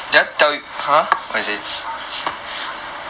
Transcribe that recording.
!wah! eh never mind you say first